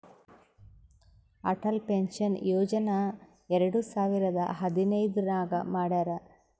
Atal pension ಯೋಜನಾ ಎರಡು ಸಾವಿರದ ಹದಿನೈದ್ ನಾಗ್ ಮಾಡ್ಯಾರ್